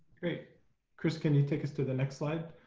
crys, can you take us to the next slide?